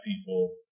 people